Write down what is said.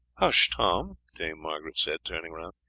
hush, tom! dame margaret said, turning round,